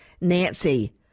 nancy